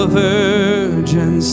virgin